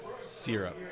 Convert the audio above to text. syrup